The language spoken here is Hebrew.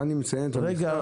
רגע.